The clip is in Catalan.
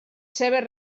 seves